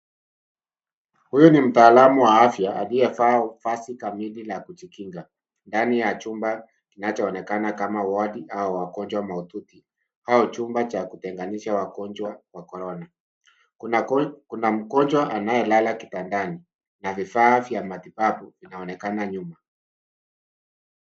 Huyu ni mtaalamu wa afya aliyevaa mavazi kamili ya kujikinga ndani ya chumba kinachoonekana kama wodi au wagonjwa mahututi au chumba cha kutenganisha wagonjwa wa korona. Kuna mgonjwa anayelala kitandani na vifaa vya matibabu vinaonekana nyuma.